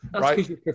right